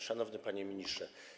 Szanowny Panie Ministrze!